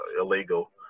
illegal